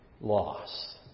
loss